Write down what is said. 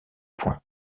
point